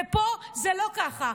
ופה זה לא ככה.